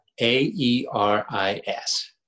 A-E-R-I-S